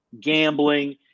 gambling